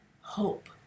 hope